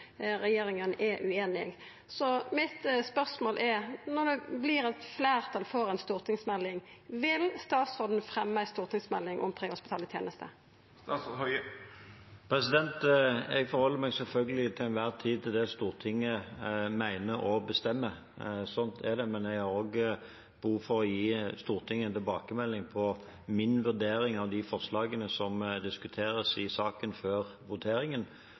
fleirtal for ei stortingsmelding, vil statsråden fremja ei stortingsmelding om prehospitale tenester? Jeg forholder meg selvfølgelig til enhver tid til det Stortinget mener og bestemmer. Sånn er det. Men jeg har også behov for å gi Stortinget en tilbakemelding om min vurdering av de forslagene som diskuteres i saken, før